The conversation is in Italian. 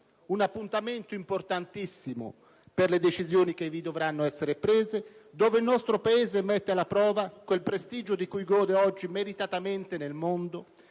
un appuntamento importantissimo per le decisioni che dovranno essere assunte e nel quale il nostro Paese metterà alla prova quel prestigio di cui oggi gode meritatamente nel mondo